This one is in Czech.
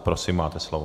Prosím, máte slovo.